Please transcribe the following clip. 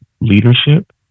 leadership